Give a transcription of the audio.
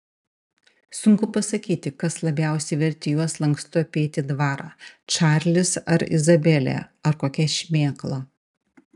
sunku pasakyti kas labiausiai vertė juos lankstu apeiti dvarą čarlis ar izabelė ar kokia šmėkla